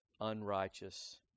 unrighteous